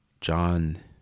John